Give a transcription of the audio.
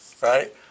right